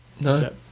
No